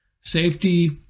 Safety